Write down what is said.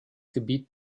gebiet